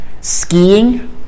skiing